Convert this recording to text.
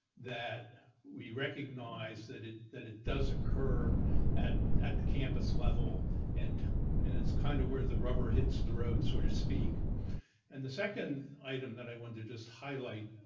that we recognize that it that it does occur at at the campus level and and it's kind of where the rubber hits the road sort of speak and the second item that i want to just highlight.